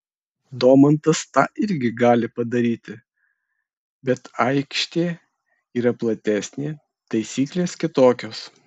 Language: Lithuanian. domantas tą irgi gali padaryti bet aikštė yra platesnė taisyklės kitokios